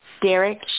Derek